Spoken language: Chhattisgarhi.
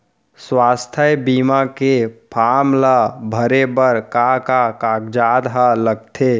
स्वास्थ्य बीमा के फॉर्म ल भरे बर का का कागजात ह लगथे?